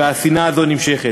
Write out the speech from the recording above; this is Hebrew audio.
השנאה הזאת נמשכת.